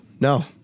no